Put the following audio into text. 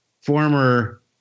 former